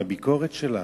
מהביקורת שלה.